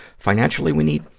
financially, we need,